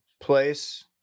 place